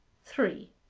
three.